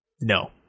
No